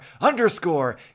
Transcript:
underscore